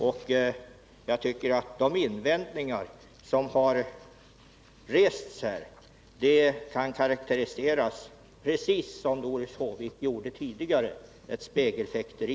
De invändningar som här har rests mot det nu aktuella förslaget kan karakteriseras precis så som Doris Håvik tidigare gjorde — spegelfäkteri.